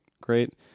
great